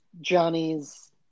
Johnny's